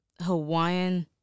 Hawaiian